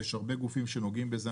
יש הרבה גופים שנוגעים בזה,